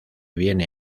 viene